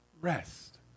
rest